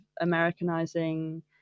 americanizing